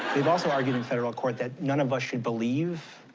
they've also argued in federal court that none of us should believe,